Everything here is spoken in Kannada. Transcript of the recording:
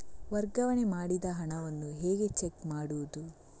ವರ್ಗಾವಣೆ ಮಾಡಿದ ಹಣವನ್ನು ಹೇಗೆ ಚೆಕ್ ಮಾಡುವುದು?